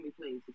please